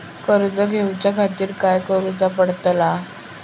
कर्ज घेऊच्या खातीर काय करुचा पडतला?